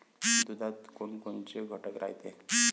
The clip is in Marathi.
दुधात कोनकोनचे घटक रायते?